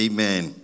Amen